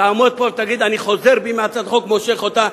תעמוד פה ותגיד: אני חוזר בי מהצעת החוק ומושך אותה,